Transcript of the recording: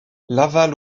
laval